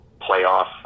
playoff